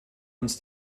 uns